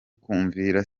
kumvira